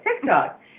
TikTok